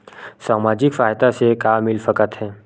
सामाजिक सहायता से का मिल सकत हे?